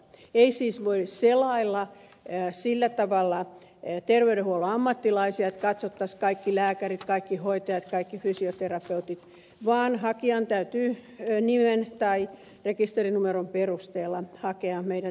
ei siis voi selailla sillä tavalla terveydenhuollon ammattilaisia että katsottaisiin kaikki lääkärit kaikki hoitajat kaikki fysioterapeutit vaan hakijan täytyy nimen tai rekisterinumeron perusteella hakea meidän tietomme